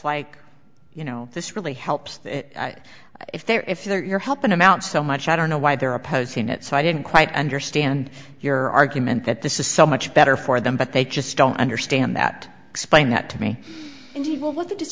like you know this really helps that if they're if they're you're helping him out so much i don't know why they're opposing it so i didn't quite understand your argument that this is so much better for them but they just don't understand that explain that to me